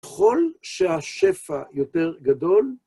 ככל שהשפע יותר גדול...